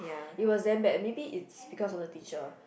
it was damn bad maybe is because of the teacher